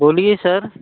बोलिए सर